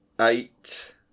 Eight